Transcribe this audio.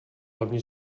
hlavně